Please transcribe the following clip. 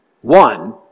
One